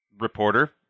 Reporter